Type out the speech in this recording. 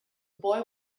boy